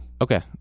Okay